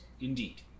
indeed